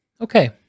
Okay